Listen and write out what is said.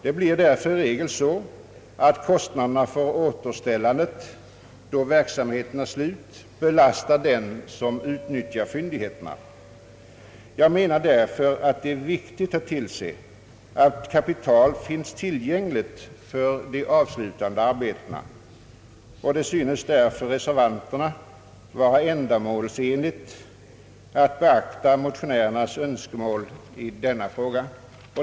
Det blir därför i regel så att kostnaderna för återställandet, då verksamheten är slut, belastar den som utnyttjar fyndigheterna. Jag menar därför att det är viktigt att tillse att kapital finns tillgängligt för de avslutande arbetena. Det synes alltså reservanterna vara ändamålsenligt att beakta motionärernas önskemål i denna fråga.